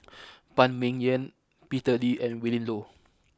Phan Ming Yen Peter Lee and Willin Low